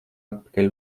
atpakaļ